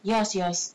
yours yours